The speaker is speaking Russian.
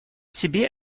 себе